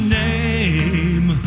name